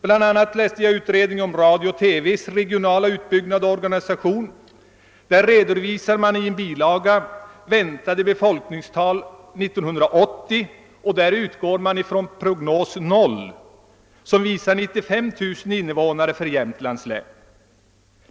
Bl a. läste jag utredningen om radio-TV:s regionala utbyggnad och organisation, där det i en bilaga redovisas väntade befolkningstal år 1980, varvid man utgår från prognos 0 som räknar med 9535 000 invånare för Jämtlands län.